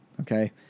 Okay